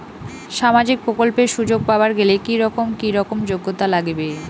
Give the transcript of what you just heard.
সামাজিক প্রকল্পের সুযোগ পাবার গেলে কি রকম কি রকম যোগ্যতা লাগিবে?